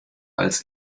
als